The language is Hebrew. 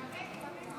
שלוש דקות.